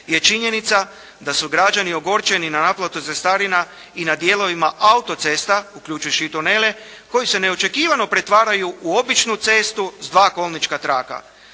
je činjenica da su građani ogorčeni na naplatu cestarina i na dijelovima autocesta, uključivši i tunele koji se neočekivano pretvaraju u običnu cestu s dva kolnička traka.